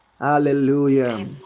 Hallelujah